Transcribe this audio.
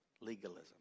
Legalism